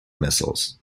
missiles